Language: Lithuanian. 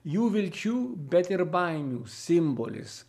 jų vilčių bet ir baimių simbolis